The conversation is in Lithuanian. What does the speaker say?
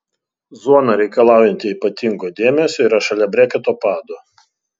zona reikalaujanti ypatingo dėmesio yra šalia breketo pado